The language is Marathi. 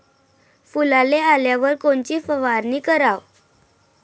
फुलाले आल्यावर कोनची फवारनी कराव?